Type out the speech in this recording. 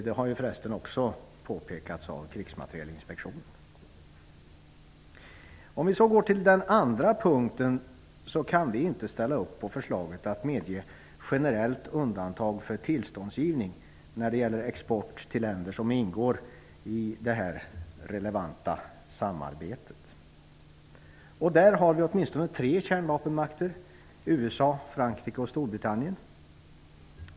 Det har förresten också påpekats av Om vi sedan går till den andra punkten måste jag påtala att vi inte kan ställa upp på förslaget att medge generellt undantag för tillståndsgivning när det gäller export till länder som ingår i det relevanta samarbetet. Där har vi åtminstone tre kärnvapenmakter: USA, Frankrike och Storbritannien.